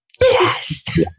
Yes